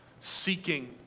seeking